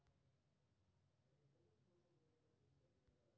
ई आर्थिक एजेंट के व्यवहार आ अर्थव्यवस्था के कामकाज पर ध्यान केंद्रित करै छै